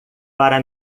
para